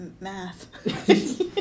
Math